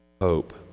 hope